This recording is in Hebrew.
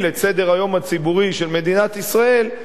את סדר-היום הציבורי של מדינת ישראל,